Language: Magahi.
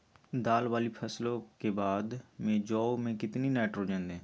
दाल वाली फसलों के बाद में जौ में कितनी नाइट्रोजन दें?